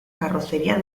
carrocería